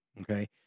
okay